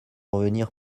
revenir